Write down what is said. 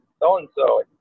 so-and-so